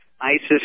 ISIS